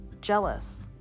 jealous